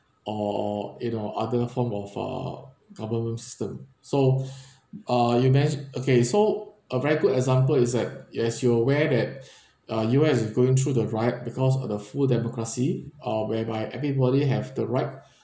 or you know other form of uh government system so uh you manage okay so a very good example is that you as you are aware that uh U_S is going through the riot because of the full democracy uh whereby everybody have the right